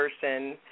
person